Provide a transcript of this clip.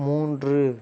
மூன்று